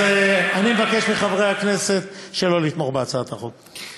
אז אני מבקש מחברי הכנסת שלא לתמוך בהצעת החוק.